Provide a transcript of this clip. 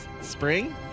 Spring